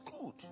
good